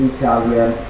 Italian